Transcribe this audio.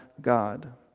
God